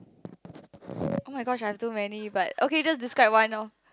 oh-my-gosh I have too many but okay just describe one loh